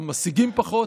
גם משיגים פחות.